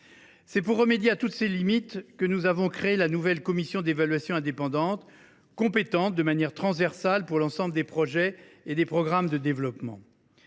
C’est pour remédier à toutes ces limites que nous avons créé la commission d’évaluation indépendante, compétente de manière transversale pour l’ensemble des projets et des programmes de développement.